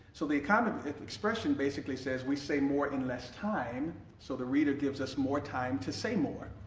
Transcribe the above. so the economy of expression basically says we say more in less time so the reader gives us more time to say more.